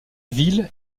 ville